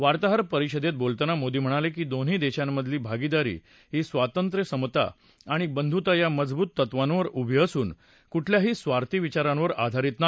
वार्ताहर परिषदेत बोलताना मोदी म्हणाले की दोन्ही देशांमधली भागीदारी ही स्वातंत्र्य समता आणि बंधुता या मजबूत तत्त्वांवर उभी असून कुठल्याही स्वार्थी विचारांवर आधारित नाही